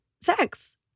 sex